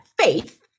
faith